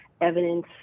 evidence